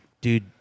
dude